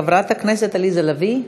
חברת הכנסת עליזה לביא,